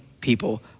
people